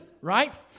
right